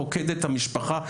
פוקד את המשפחה,